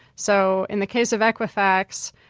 so in the case of equifax,